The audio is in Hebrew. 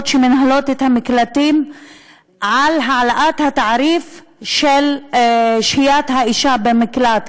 שמנהלות את המקלטים על העלאת התעריף של שהיית האישה במקלט,